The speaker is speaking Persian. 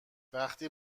وقتی